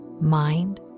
mind